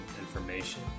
information